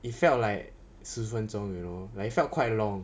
it felt like 十分钟 you know like it felt quite long